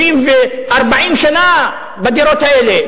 30 ו-40 שנה בדירות האלה.